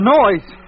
noise